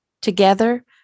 Together